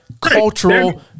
cultural